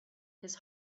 his